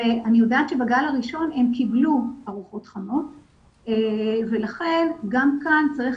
אני יודעת שבגל הראשון הם קיבלו ארוחות חמות ולכן גם כאן צריך